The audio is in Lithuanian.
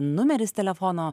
numeris telefono